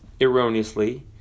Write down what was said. erroneously